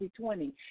2020